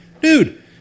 dude